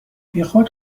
بیخود